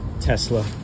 Tesla